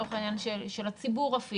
לצורך העניין של הציבור.